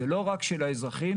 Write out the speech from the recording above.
זה לא רק של האזרחים,